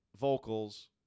vocals